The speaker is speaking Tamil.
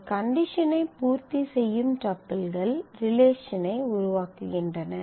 இந்த கண்டிஷன் ஐ பூர்த்திசெய்யும் டப்பிள்கள் ரிலேஷன் ஐ உருவாக்குகின்றன